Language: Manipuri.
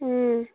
ꯎꯝ